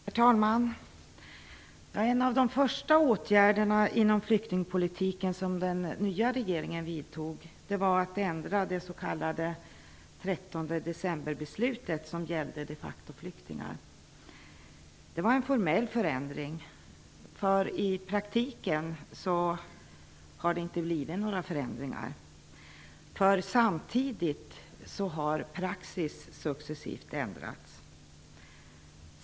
Herr talman! En av de första åtgärder inom flyktingpolitiken som den nya regeringen vidtog var att ändra det s.k. 13 december-beslutet som gällde de facto-flyktingar. Det var en formell förändring, men i praktiken blev det inga förändringar. Samtidigt har praxis successivt ändrats.